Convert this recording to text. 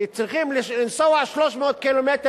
c צריכים לנסוע 300 ק"מ